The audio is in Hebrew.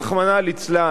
רחמנא ליצלן,